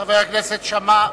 חבר הכנסת שאמה.